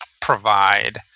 provide